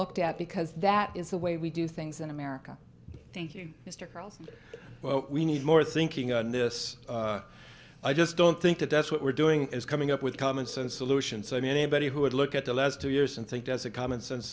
looked at because that is the way we do things in america thank you mr carlson well we need more thinking on this i just don't think that that's what we're doing is coming up with common sense solutions i mean anybody who would look at the last two years and think as a commonsense